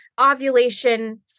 ovulation